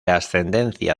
ascendencia